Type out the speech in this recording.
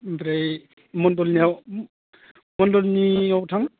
ओमफ्राय मण्डलनियाव मण्डलनियाव थां